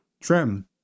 trim